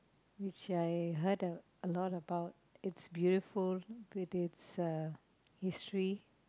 which I heard a a lot about it's beautiful it is uh history